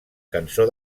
cançó